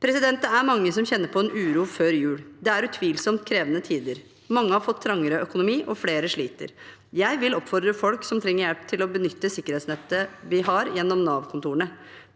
det. Det er mange som kjenner på en uro før jul. Det er utvilsomt krevende tider. Mange har fått trangere økonomi, og flere sliter. Jeg vil oppfordre folk som trenger hjelp, til å benytte sikkerhetsnettet vi har gjennom Navkontorene.